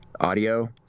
audio